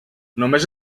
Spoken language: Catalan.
només